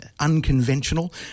unconventional